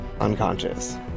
unconscious